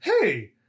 hey